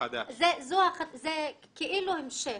זה כאילו המשך,